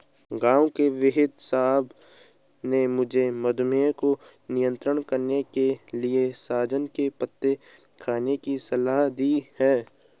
गांव के वेदसाहब ने मुझे मधुमेह को नियंत्रण करने के लिए सहजन के पत्ते खाने की सलाह दी है